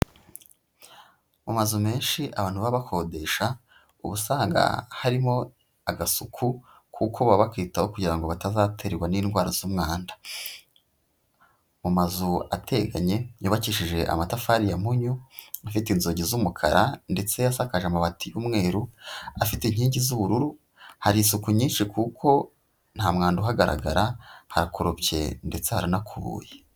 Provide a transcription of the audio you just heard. Mu mazu menshi abantu baba bakodesha uba usanga harimo agasuku kuko baba bakitaho kugira ngo batazaterwa n'indwara z'umwanda, mu mazu ateganye yubakishije amatafari ya munyu, afite inzugi z'umukara, ndetse asakaje amabati y'umweru, afite inkingi z'ubururu, hari isuku nyinshi kuko nta mwanda uhagaragara, harakoropye ndetse haranakubuye.